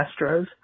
Astros